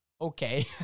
Okay